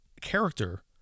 character